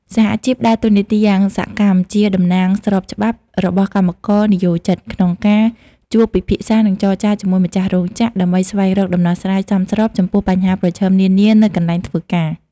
សហជីពដើរតួនាទីយ៉ាងសកម្មជាតំណាងស្របច្បាប់របស់កម្មករនិយោជិត ក្នុងការជួបពិភាក្សា និងចរចាជាមួយម្ចាស់រោងចក្រ ដើម្បីស្វែងរកដំណោះស្រាយសមស្របចំពោះបញ្ហាប្រឈមនានានៅកន្លែងធ្វើការ។